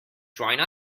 join